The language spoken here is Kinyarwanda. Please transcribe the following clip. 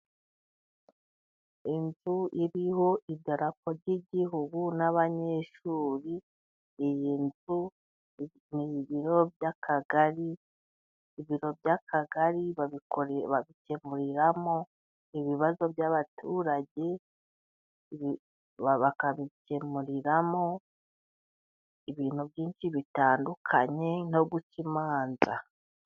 Inzu iriho idarapo ry'igihugu n'abanyeshuri iyi nzu ni ibiro by'akagari. Ibiro by'akagari babikemuriramo ibibazo by'abaturage bakabikemuriramo ibintu byinshi bitandukanye no guca imanza.